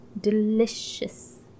Delicious